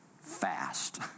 fast